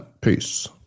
Peace